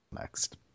next